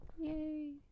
Yay